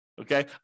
Okay